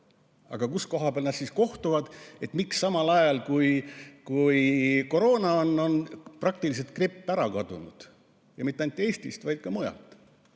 kus koha peal nad siis kohtuvad. Miks samal ajal, kui koroona on, on praktiliselt gripp ära kadunud, ja mitte ainult Eestis, vaid ka mujal?